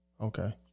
Okay